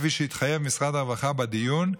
כפי שהתחייב משרד הרווחה בדיון,